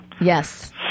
Yes